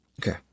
Okay